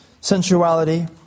sensuality